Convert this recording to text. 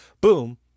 Boom